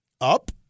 up